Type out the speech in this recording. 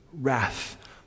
wrath